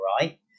right